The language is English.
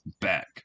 back